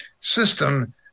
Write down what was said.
system